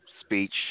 speech